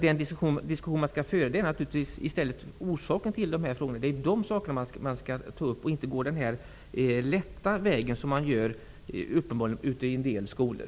Den diskussion som skall föras är naturligtvis vad som är orsaken till att detta händer; man skall inte gå den enkla vägen, som de uppenbarligen gör ute i en del skolor.